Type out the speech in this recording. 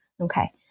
Okay